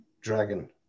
dragon